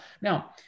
now